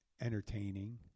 entertaining